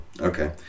Okay